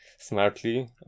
smartly